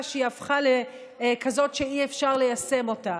שהיא הפכה לכזאת שאי-אפשר ליישם אותה.